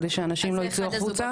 כדי שאנשים לא יצאו החוצה,